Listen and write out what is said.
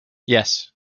yes